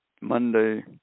Monday